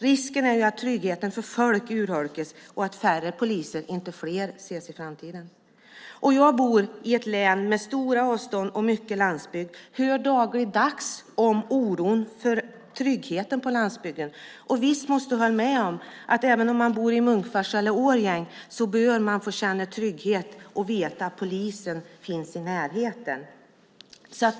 Risken är att tryggheten för folk urholkas och att färre poliser, inte fler, ses i framtiden. Jag bor i ett län med stora avstånd och mycket landsbygd och hör dagligdags om oron för tryggheten på landsbygden. Visst måste du hålla med om att även om man bor i Munkfors eller Årjäng bör man få känna trygghet och veta att polisen finns i närheten.